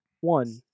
One